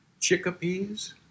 chickpeas